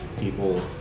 people